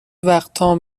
وقتام